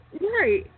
Right